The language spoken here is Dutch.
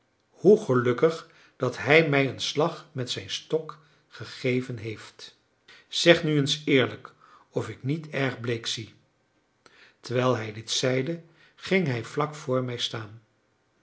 hoe gelukkig dat hij mij een slag met zijn stok gegeven heeft zeg nu eens eerlijk of ik niet erg bleek zie terwijl hij dit zeide ging hij vlak voor mij staan